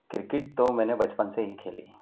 cricket تو میں نے بچپن سے ہی کھیلی ہے